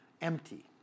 empty